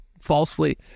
falsely